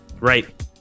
Right